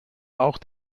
auch